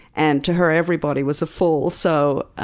and to her, everybody was a fool. so